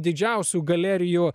didžiausių galerijų